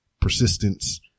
persistence